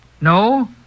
No